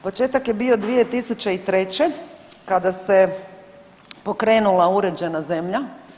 Početak je bio 2003. kada se pokrenula uređena zemlja.